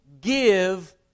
give